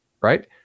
right